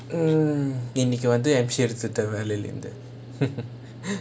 err இன்னிக்கி வந்து எடுத்துதான் வெள்ளையிருந்து:innikki vanthu eduthuthaan vellaiirunthu